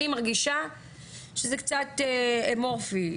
אני מרגישה שזה קצת אמורפי.